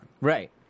Right